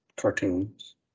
cartoons